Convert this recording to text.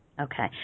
Okay